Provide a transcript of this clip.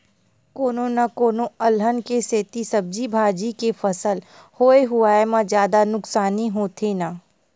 कोनो न कोनो अलहन के सेती सब्जी भाजी के फसल होए हुवाए म जादा नुकसानी होथे न